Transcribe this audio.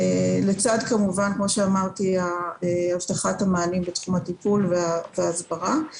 לצד הבטחת המענים בתחום הטיפול וההסברה.